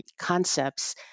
concepts